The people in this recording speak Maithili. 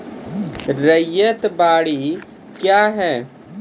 रैयत बाड़ी क्या हैं?